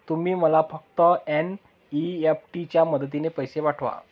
तुम्ही मला फक्त एन.ई.एफ.टी च्या मदतीने पैसे पाठवा